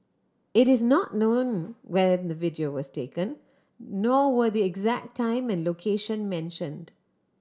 it is not known when the video was taken nor were the exact time and location mentioned